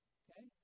okay